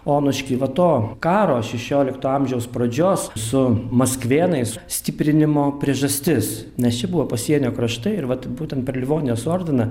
onušky va to karo šešiolikto amžiaus pradžios su maskvėnais stiprinimo priežastis nes čia buvo pasienio kraštai ir vat būtent per livonijos ordiną